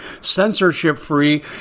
censorship-free